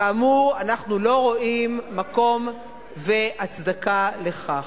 כאמור, אנחנו לא רואים מקום והצדקה לכך.